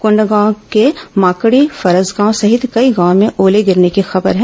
कोंडागांव के माकड़ी फरसगांव सहित कई गांवों में ओले गिरने की खबर है